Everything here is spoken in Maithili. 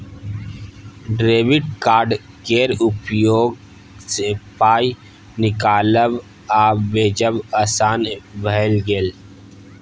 डेबिट कार्ड केर उपयोगसँ पाय निकालब आ भेजब आसान भए गेल